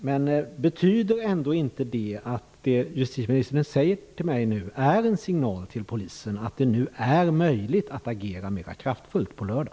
Men är inte det justitieministern säger till mig nu en signal till Polisen att det är möjligt att agera mera kraftfullt på lördag?